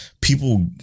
people